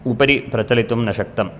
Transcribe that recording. उपरि प्रचलितुं न शक्तम्